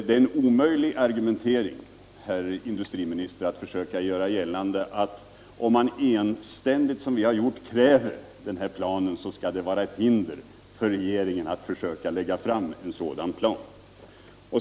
Det är en omöjlig argumentering, herr industriminister, att försöka göra gällande att enstämmiga krav på en plan — som vi har framställt — skulle vara ett hinder för regeringen när det gäller att lägga fram en sådan plan.